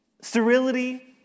sterility